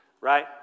right